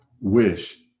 wish